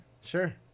Sure